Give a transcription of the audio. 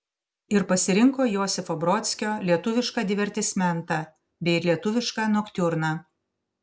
ir pasirinko josifo brodskio lietuvišką divertismentą bei lietuvišką noktiurną